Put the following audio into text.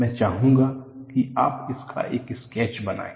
मैं चाहूंगा कि आप इसका एक स्केच बनाएं